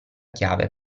chiave